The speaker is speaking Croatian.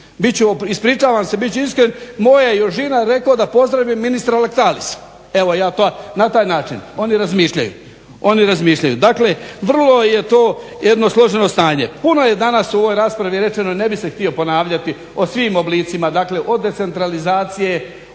ispričavam se, bit ću iskren moj Jožina je rekao da pozdravim ministra …/Govornik se ne razumije./… Evo na taj način oni razmišljaju, oni razmišljaju. Dakle, vrlo je to jedno složeno stanje. Puno je danas u ovoj raspravi rečeno i ne bih se htio ponavljati o svim oblicima, dakle od decentralizacije,